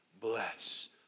bless